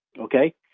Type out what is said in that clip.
okay